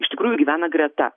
iš tikrųjų gyvena greta